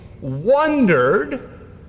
wondered